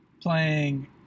playing –